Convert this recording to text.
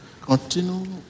continue